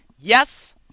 Yes